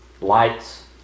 lights